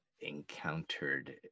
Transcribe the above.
encountered